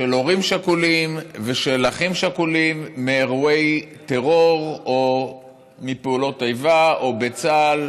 של הורים שכולים ושל אחים שכולים מאירועי טרור או מפעולות איבה או בצה"ל